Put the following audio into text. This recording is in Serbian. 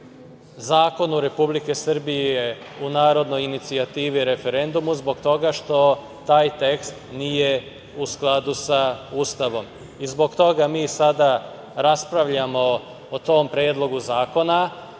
Zakonu Republike Srbije u narodnoj inicijativi referendumu zbog toga što taj tekst nije u skladu sa Ustavom. Zbog toga mi sada raspravljamo o tom predlogu zakona,